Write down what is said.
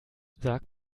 sag